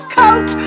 coat